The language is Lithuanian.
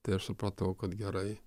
tai aš supratau kad gerai